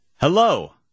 Hello